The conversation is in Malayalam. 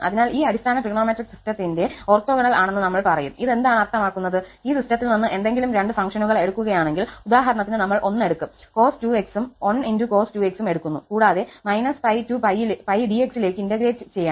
അതിനാൽ ഈ അടിസ്ഥാന ട്രിഗണോമെട്രിക് സിസ്റ്റത്തിന്റെ ഓർത്തോഗണൽ ആണെന്ന് നമ്മൾ പറയും ഇത് എന്താണ് അർത്ഥമാക്കുന്നത് ഈ സിസ്റ്റത്തിൽ നിന്ന് ഏതെങ്കിലും രണ്ട് ഫംഗ്ഷനുകൾ എടുക്കുകയാണെങ്കിൽ ഉദാഹരണത്തിന് നമ്മൾ 1 എടുക്കും cos 2𝑥 ഉം 1 × cos 2𝑥 ഉം എടുക്കുന്നു കൂടാതെ - 𝜋 to 𝜋 𝑑𝑥 ലേക്ക് ഇന്റഗ്രേറ്റ് ചെയ്യണം